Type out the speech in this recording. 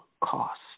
cost